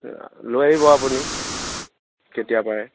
লৈ আহিব আপুনি কেতিয়া পাৰে